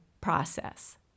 process